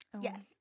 Yes